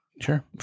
Sure